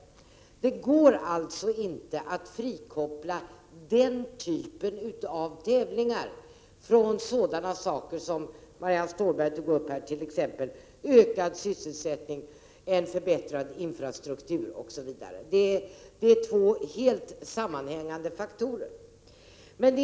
Det går alltså inte att frikoppla den typen av tävlingar från sådana saker som Marianne Stålberg tog upp, t.ex. ökad sysselsättning, en förbättrad infrastruktur osv. Det är två helt sammanhängande faktorer.